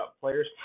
players